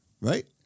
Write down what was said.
Right